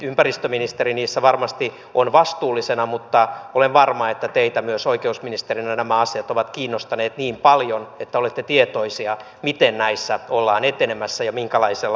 ympäristöministeri niissä varmasti on vastuullisena mutta olen varma että teitä myös oikeusministerinä nämä asiat ovat kiinnostaneet niin paljon että olette tietoinen miten näissä ollaan etenemässä ja minkälaisella aikataululla